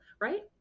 right